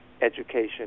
education